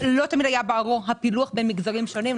היה ברור הפילוח בין המגזרים שונים,